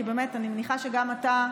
כי באמת אני מניחה שגם אתה,